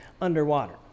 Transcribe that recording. underwater